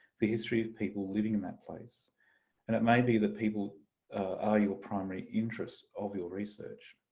the history of people living in that place and it may be that people are your primary interest of your research.